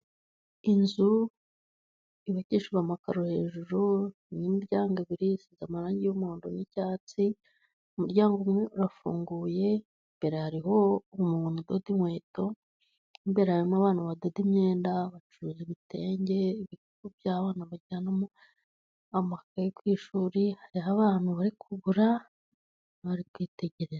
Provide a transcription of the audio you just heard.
Inzu yubakishijwe amakaro hejuru, y'imiryango ibiri isiga amarangi y'umundo n'icyatsi. Umuryango umwe urafunguye, imbere hariho umuntu udoda inkweto, imbere harimo abantu badoda imyenda, abacuruzi ibitenge, ibikoresho by'abana bajyana ku ishuri, hari abana bari kugura bari kwitegereza.